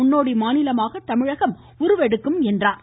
முன்னோடி மாநிலமாக தமிழகம் உருவெடுக்கும் என்றார்